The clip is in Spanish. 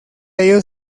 ello